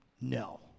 No